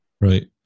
right